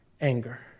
anger